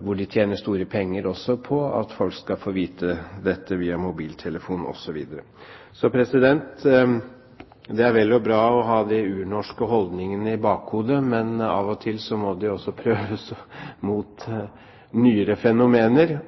hvor de tjener store penger også på at folk skal få vite dette via mobiltelefon osv. Det er vel og bra å ha de urnorske holdningene i bakhodet, men av og til må de også prøves mot nyere fenomener.